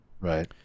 Right